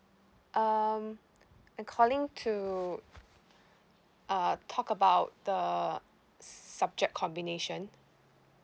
um I'm calling to uh talk about the subject combination